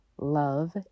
love